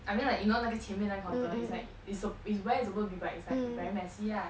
I mean like you know 那个前面那个 counter is like its sus~ it's where it's supposed to be bright it's like very messy lah